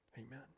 amen